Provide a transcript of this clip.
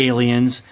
Aliens